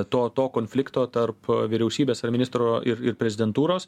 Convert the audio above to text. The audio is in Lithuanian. to to konflikto tarp vyriausybės ar ministro ir ir prezidentūros